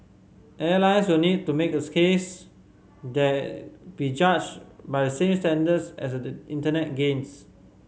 airlines will need to make a case that be judged by the same standards as the Internet giants